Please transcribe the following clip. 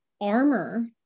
armor